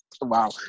Wow